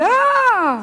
לא.